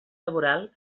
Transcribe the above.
laboral